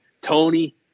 Tony